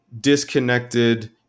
disconnected